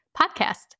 podcast